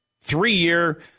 three-year